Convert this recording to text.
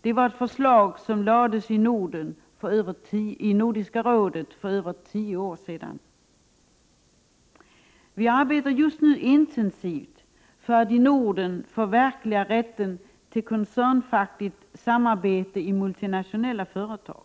Det var ett förslag som lades fram i Nordiska rådet för över tio år sedan. Vi arbetar just nu intensivt för att i Norden förverkliga rätten till koncernfackligt samarbete i multinationella företag.